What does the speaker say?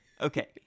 Okay